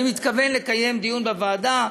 אני מתכוון לקיים דיון בוועדה.